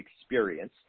experience